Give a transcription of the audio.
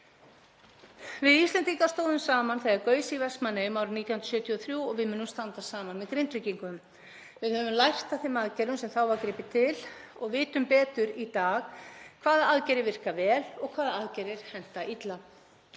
Við Íslendingar stóðum saman þegar gaus í Vestmannaeyjum árið 1973 og við munum standa saman með Grindvíkingum. Við höfum lært af þeim aðgerðum sem þá var gripið til og vitum betur í dag hvaða aðgerðir virka vel og hvaða aðgerðir henta illa.